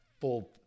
full